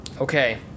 Okay